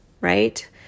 right